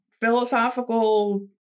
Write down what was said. philosophical